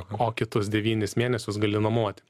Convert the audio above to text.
o kitus devynis mėnesius gali nuomoti